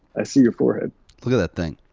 i see your forehead. look at that thing.